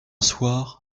soir